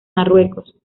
marruecos